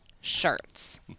shirts